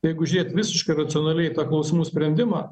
jeigu žiūrėt visiškai racionaliai į tą klausimų sprendimą